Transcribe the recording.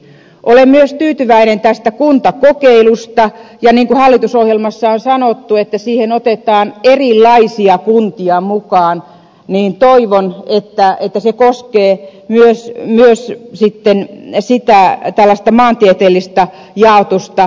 olen myös tyytyväinen tästä kuntakokeilusta ja niin kuin hallitusohjelmassa on sanottu että siihen otetaan erilaisia kuntia mukaan niin toivon että se koskee myös tällaista maantieteellistä jaotusta